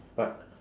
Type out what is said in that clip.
but